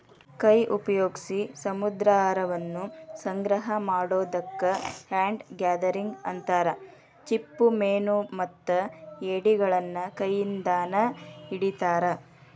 ಕೈ ಉಪಯೋಗ್ಸಿ ಸಮುದ್ರಾಹಾರವನ್ನ ಸಂಗ್ರಹ ಮಾಡೋದಕ್ಕ ಹ್ಯಾಂಡ್ ಗ್ಯಾದರಿಂಗ್ ಅಂತಾರ, ಚಿಪ್ಪುಮೇನುಮತ್ತ ಏಡಿಗಳನ್ನ ಕೈಯಿಂದಾನ ಹಿಡಿತಾರ